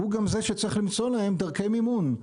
הוא גם זה שצריך למצוא להם דרכי מימון.